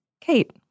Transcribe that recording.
Kate